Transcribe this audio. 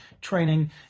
training